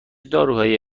داروهایی